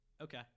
Okay